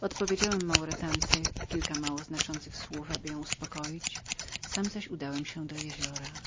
odpowiedziałem maurytance kilka małoznaczących słów aby ją zaspokoić sam zaś udałem się do jeziora